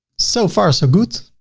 so far so good.